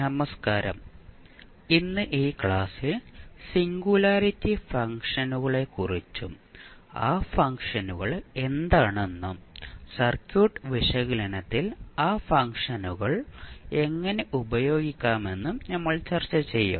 നമസ്കാരം ഇന്ന് ഈ ക്ലാസ്സിൽ സിംഗുലാരിറ്റി ഫംഗ്ഷനുകളെക്കുറിച്ചും ആ ഫംഗ്ഷനുകൾ എന്താണെന്നും സർക്യൂട്ട് വിശകലനത്തിൽ ആ ഫംഗ്ഷനുകൾ എങ്ങനെ ഉപയോഗിക്കാമെന്നും നമ്മൾ ചർച്ച ചെയ്യും